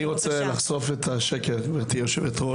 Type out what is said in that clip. אני רוצה לחשוף את השקר, גבירתי היושבת-ראש.